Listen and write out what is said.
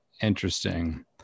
interesting